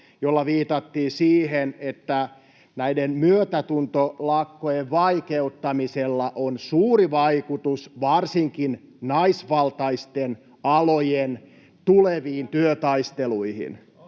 jolla viitattiin siihen, että näiden myötätuntolakkojen vaikeuttamisella on suuri vaikutus varsinkin naisvaltaisten alojen tuleviin työtaisteluihin.